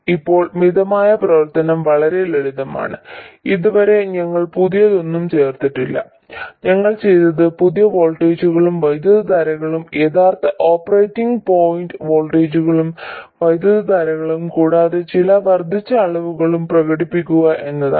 ഇപ്പോൾ മിതമായ പ്രവർത്തനം വളരെ ലളിതമാണ് ഇതുവരെ ഞങ്ങൾ പുതിയതൊന്നും ചേർത്തിട്ടില്ല ഞങ്ങൾ ചെയ്തത് പുതിയ വോൾട്ടേജുകളും വൈദ്യുതധാരകളും യഥാർത്ഥ ഓപ്പറേറ്റിംഗ് പോയിന്റ് വോൾട്ടേജുകളും വൈദ്യുതധാരകളും കൂടാതെ ചില വർദ്ധിച്ച അളവുകളും പ്രകടിപ്പിക്കുക എന്നതാണ്